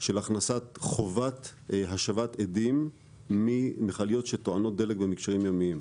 של הכנסת חובת השבת אדים ממכליות שטוענות דלק במקשרים ימיים.